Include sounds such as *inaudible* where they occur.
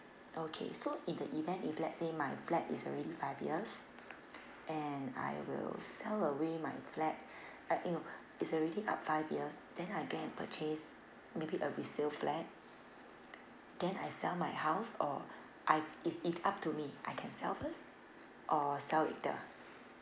okay so in the event if let's say my flat is already five years and I will sell away my flat *breath* uh you know it's already up five years then I go and purchase maybe a resale flat then I sell my house or I is it up to be I can sell first or sell later